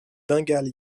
bengale